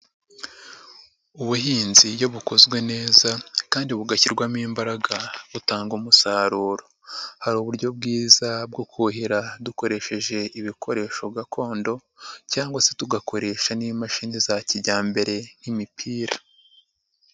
Ubuhinzi iyo bukozwe neza kandi bugashyirwamo imbaraga butanga umusaruro hari uburyo bwiza bwo kuhira dukoresheje ibikoresho gakondo cyangwa se tugakoresha n'imashini za kijyambere nk'imipira.